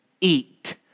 eat